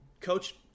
Coach